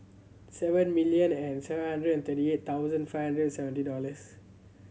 seven million and seven hundred and thirty eight thousand five hundred seventy dollars